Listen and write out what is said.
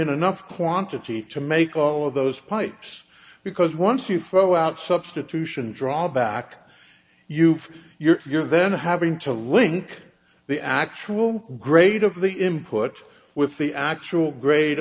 enough quantity to make all of those pipes because once you throw out substitution drawback you from your then having to link the actual grade of the input with the actual grade